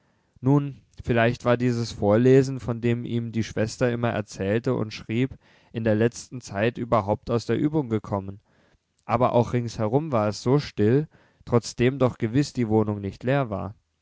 nun vielleicht war dieses vorlesen von dem ihm die schwester immer erzählte und schrieb in der letzten zeit überhaupt aus der übung gekommen aber auch ringsherum war es so still trotzdem doch gewiß die wohnung nicht leer war